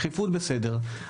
דחיפות בסדר,